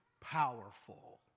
powerful